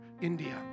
India